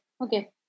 Okay